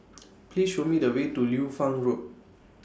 Please Show Me The Way to Liu Fang Road